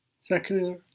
secular